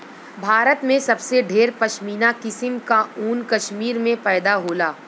भारत में सबसे ढेर पश्मीना किसम क ऊन कश्मीर में पैदा होला